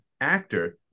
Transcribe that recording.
actor